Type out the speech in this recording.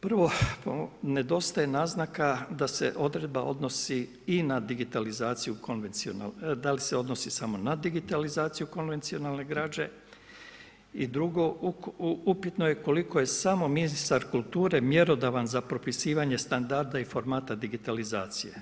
Prvo, nedostaje naznaka da se odredba odnosi i na digitalizaciju, da li se odnosi samo na digitalizaciju konvencionalne građe i drugo, upitno je koliko je samo ministar kulture mjerodavan za propisivanje standarda i formata digitalizacije.